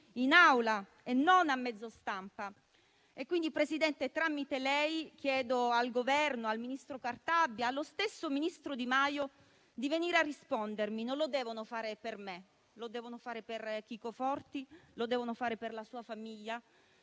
in Aula e non a mezzo stampa. Quindi, signor Presidente, tramite lei chiedo al Governo, al ministro Cartabia e allo stesso ministro Di Maio di venire a rispondermi. Non lo devono fare per me, ma per Chico Forti, per la sua famiglia